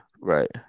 Right